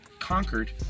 Conquered